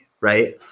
right